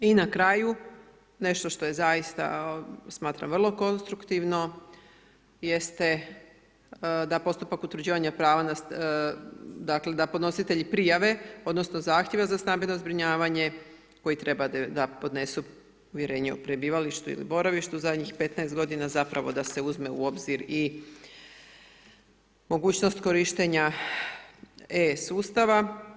I na kraju, nešto što je zaista, smatram vrlo konstruktivno jeste da postupak utvrđivanja prava, dakle da podnositelji prijave odnosno zahtjeva za stambeno zbrinjavanje koji treba da podnesu uvjerenje o prebivalištu ili boravištu zadnjih 15 godina zapravo da se uzme u obzir i mogućnost korištenja e-sustava.